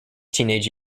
teenage